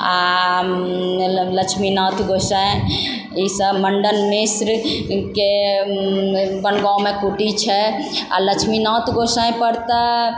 आओर लक्ष्मीनाथ गोसाइ ईसब मण्डन मिश्र के बनगाँवमे कुटी छै आओर लक्ष्मीनाथ गोसाइपर तऽ